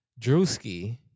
Drewski